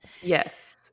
Yes